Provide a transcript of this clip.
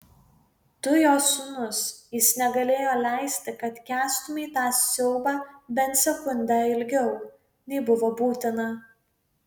tu jo sūnus jis negalėjo leisti kad kęstumei tą siaubą bent sekundę ilgiau nei buvo būtina